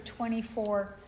24